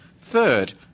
Third